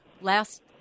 last